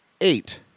eight